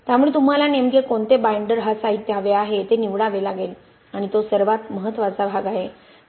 त्यामुळे तुम्हाला नेमके कोणते बाइंडर साहित्य हवे आहे ते निवडावे लागेल आणि तो सर्वात महत्त्वाचा भाग आहे